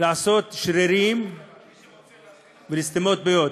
לעשות שרירים ולסתום פיות.